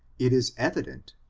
it is evident,